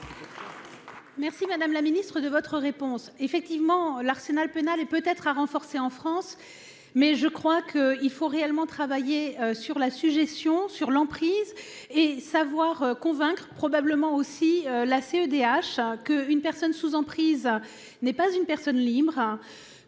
Merci, madame la Ministre, de votre réponse, effectivement l'arsenal pénal et peut être à renforcé en France. Mais je crois qu'il faut réellement travailler sur la suggestion sur l'emprise et savoir convaincre probablement aussi la CEDH que une personne sous emprise n'est pas une personne libre.